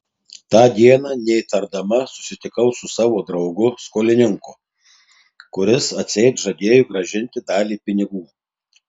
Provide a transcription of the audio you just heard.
tą dieną neįtardama susitikau su savo draugu skolininku kuris atseit žadėjo grąžinti dalį pinigų